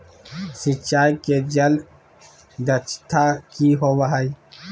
सिंचाई के जल दक्षता कि होवय हैय?